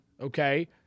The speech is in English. okay